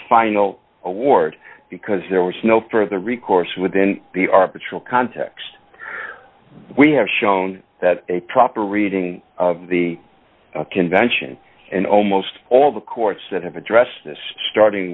final award because there was no further recourse within the our patrol context we have shown that a proper reading of the convention and almost all the courts that have addressed starting